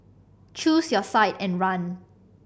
choose your side and run